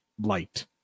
light